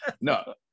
No